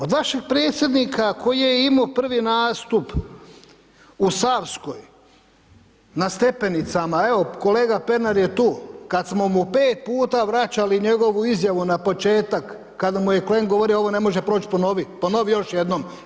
Od vašeg predsjednika koji je imao prvi nastup u Savskoj na stepenicama, evo kolega Pernar je tu, kad smo mu pet puta vraćali njegovu izjavu na početak, kad mu je Klen govorio ovo ne može proći ponovi, ponovi, još jednom.